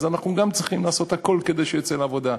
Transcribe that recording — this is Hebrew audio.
אנחנו גם צריכים לעשות הכול כדי שהוא יצא לעבודה.